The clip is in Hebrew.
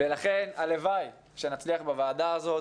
לכן הלוואי שנצליח בוועדה הזאת